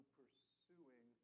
pursuing